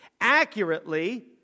accurately